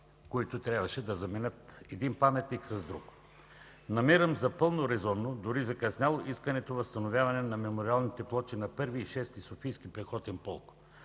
които трябваше да заменят един паметник с друг. Намирам за напълно резонно, дори закъсняло, искането за възстановяване на мемориалните плочи на Първи и Шести софийски пехотен полк,